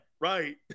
Right